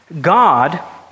God